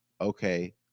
okay